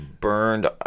burned